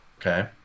okay